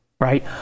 right